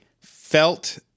felt